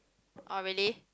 oh really